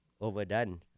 overdone